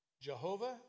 Jehovah